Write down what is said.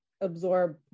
absorb